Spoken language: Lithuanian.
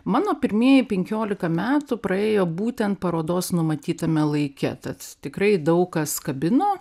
mano pirmieji penkiolika metų praėjo būtent parodos numatytame laike tad tikrai daug kas kabino